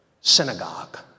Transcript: Synagogue